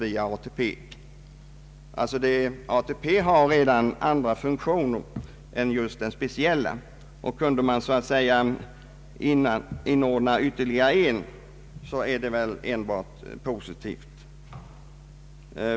ATP har alltså redan andra funktioner än just de trygghetsskapande. Om man skulle så att säga inordna ytterligare en vore det väl enbart något positivt.